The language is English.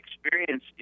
experience